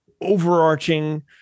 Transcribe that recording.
overarching